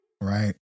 Right